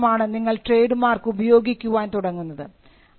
അതിനുശേഷമാണ് നിങ്ങൾ trade mark ഉപയോഗിക്കാൻ തുടങ്ങുന്നത്